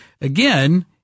again